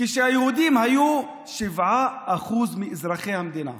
כשהיהודים היו 7% מאזרחי המדינה.